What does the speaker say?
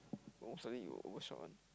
no suddenly it will overshot one